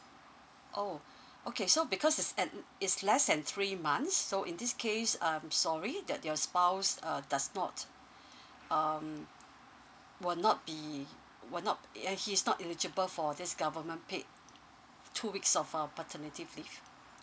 oh okay so because it's at it's less than three months so in this case um sorry that your spouse uh does not um will not be will not uh he's not eligible for this government paid two weeks of uh paternity leave